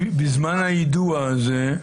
בזמן היידוע הזה,